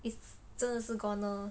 it's 真的是 goner